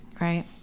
Right